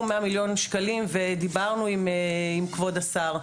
מאה מיליון שקלים ודיברנו עם כבוד השר,